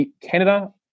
Canada